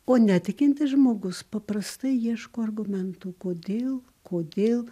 o netikintis žmogus paprastai ieško argumentų kodėl kodėl